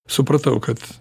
supratau kad